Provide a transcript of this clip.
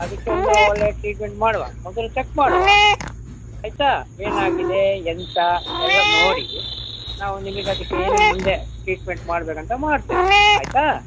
ಅದಕ್ಕೆ ಒಂದು ಒಳ್ಳೆ ಟ್ರೀಟ್ಮೆಂಟ್ ಮಾಡುವ ಮೊದಲು ಚೆಕ್ ಮಾಡುವ ಆಯಿತಾ ಏನಾಗಿದೆ ಎಂತ ಎಲ್ಲ ನೋಡಿ ನಾವು ನಿಮ್ಗೆ ಅದಕ್ಕೆ ಏನು ಮುಂದೆ ಟ್ರೀಟ್ಮೆಂಟ್ ಮಾಡಬೇಕಂತ ಮಾಡ್ತೇವೆ ಆಯಿತಾ